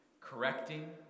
correcting